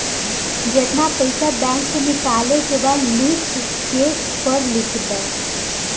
जेतना पइसा बैंक से निकाले के बा लिख चेक पर लिख द